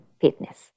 fitness